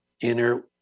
inner